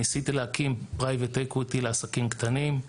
ניסיתי להקים פרייבט --- לעסקים קטנים.